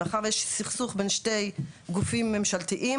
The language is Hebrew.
מאחר ויש סכסוך בין שני גופים ממשלתיים,